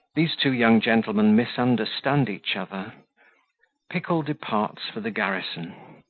these two young gentlemen misunderstand each other pickle departs for the garrison.